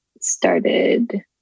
started